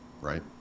right